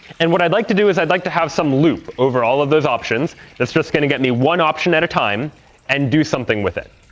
and what i'd like to do is i'd like to have some loop over all of those options that's just going to get me one option at a time and do something with it.